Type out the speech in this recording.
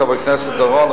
חבר הכנסת אורון,